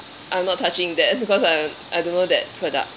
I'm not touching that because I I don't know that product